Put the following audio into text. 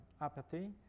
apathy